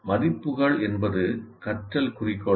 மதிப்புகள் என்பது கற்றல் குறிக்கோள்கள்